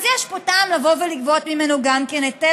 אז יש פה טעם לבוא ולגבות ממנו גם היטל